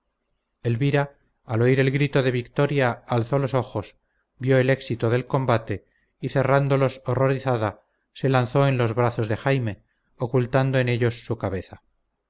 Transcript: elvira al oír el grito de victoria alzó los ojos vio el éxito del combate y cerrándolos horrorizada se lanzó en los brazos de jaime ocultando en ellos su cabeza